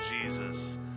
Jesus